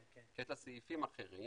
יש לה סעיפים אחרים